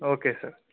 okay sir